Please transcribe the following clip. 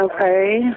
Okay